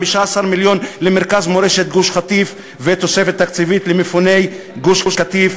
15 מיליון למרכז מורשת גוש-קטיף ותוספת תקציבית למפוני גוש-קטיף.